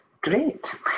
Great